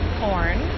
corn